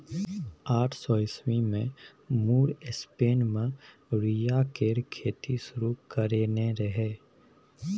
आठ सय ईस्बी मे मुर स्पेन मे रुइया केर खेती शुरु करेने रहय